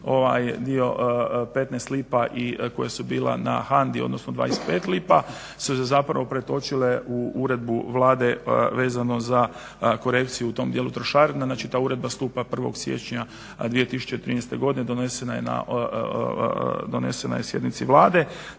ovaj dio 15 lipa i koja su bila na HANDA-i odnosno 25 lipa su se zapravo pretočile u uredbu Vlade vezano za korekciju u tom dijelu trošarina, znači ta uredba stupa 1. siječnja 2013. godine, donesena je na sjednici Vlade